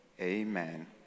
amen